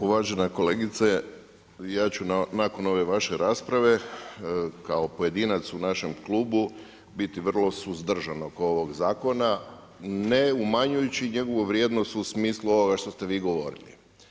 Uvažena kolegice ja ću nakon ove vaše rasprave kao pojedinac u našem klubu biti vrlo suzdržan oko ovog zakona, ne umanjujući njegovu vrijednost u smislu ovoga što ste vi govorili.